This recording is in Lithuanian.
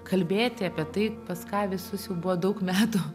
kalbėti apie tai pas ką visus jau buvo daug metų